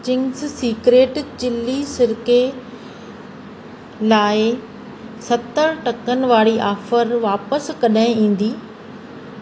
Ching's secret chilli सिरके लाइ सतरि टकनि वारी ऑफ़र वापस कॾहिं ईंदी